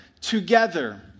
together